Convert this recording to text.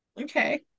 Okay